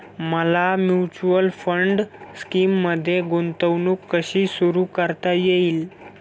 मला mutual fund स्कीममध्ये गुंतवणूक कशी सुरू करता येईल?